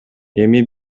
эми